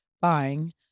buying